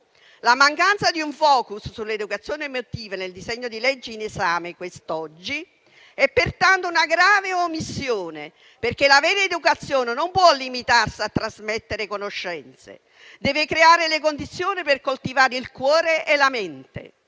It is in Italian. La mancanza di un *focus* sull'educazione emotiva nel disegno di legge in esame quest'oggi è pertanto una grave omissione, perché la vera educazione non può limitarsi a trasmettere conoscenze, ma deve anche creare le condizioni per coltivare il cuore e la mente.